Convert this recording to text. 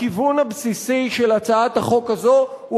הכיוון הבסיסי של הצעת החוק הזו הוא